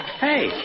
Hey